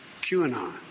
QAnon